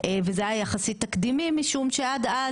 ואם זה קרה, זה בסדר?